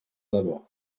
debò